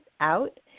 out